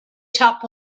top